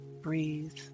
Breathe